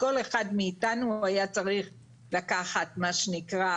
כל אחד מאיתנו היה צריך לקחת מה שנקרא